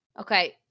Okay